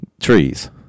trees